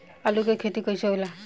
आलू के खेती कैसे होला?